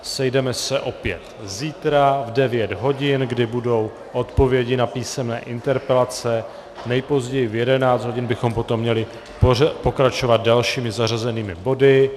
Sejdeme se opět zítra v 9 hodin, kdy budou odpovědi na písemné interpelace, nejpozději v 11 hodin bychom potom měli pokračovat dalšími zařazenými body.